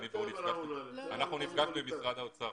נפגשנו עם משרד האוצר.